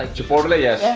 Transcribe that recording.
chipotle, yes. yeah.